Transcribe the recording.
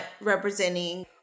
representing